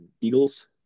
eagles